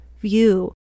view